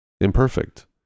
imperfect